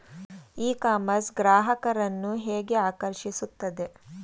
E commerce ಗ್ರಾಹಕರನ್ನು ಹೇಗೆ ಆಕರ್ಷಿಸುತ್ತದೆ?